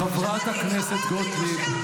חברת הכנסת גוטליב.